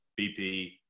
BP